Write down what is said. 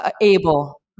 able